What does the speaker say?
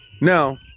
now